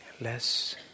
less